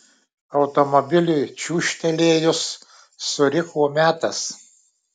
automobiliui čiūžtelėjus suriko metas